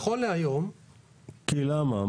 כי למה?